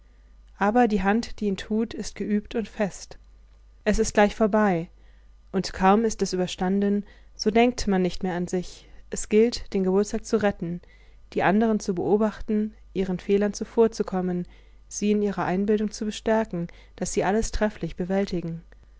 aber die hand die ihn tut ist geübt und fest es ist gleich vorbei und kaum ist es überstanden so denkt man nicht mehr an sich es gilt den geburtstag zu retten die anderen zu beobachten ihren fehlern zuvorzukommen sie in ihrer einbildung zu bestärken daß sie alles trefflich bewältigen